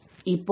இப்போது என்ன